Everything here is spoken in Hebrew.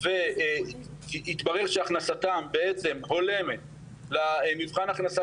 ויתברר שהכנסתם בעצם הולמת למבחן הכנסה